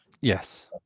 Yes